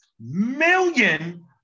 million